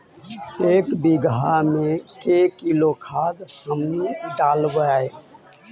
एक बीघा मे के किलोग्राम खाद हमनि डालबाय?